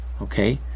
Okay